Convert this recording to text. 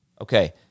Okay